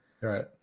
Right